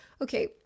Okay